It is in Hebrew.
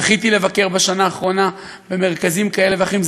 זכיתי לבקר בשנה האחרונה במרכזים כאלה ואחרים,